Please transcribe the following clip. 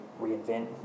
reinvent